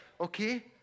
okay